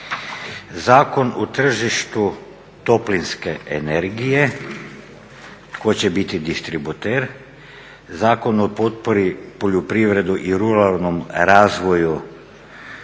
Zakon o tržištu toplinske energije tko će biti distributer. Zakon o potpori poljoprivredi i ruralnom razvoju